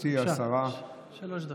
מכובדתי השרה, בבקשה, שלוש דקות.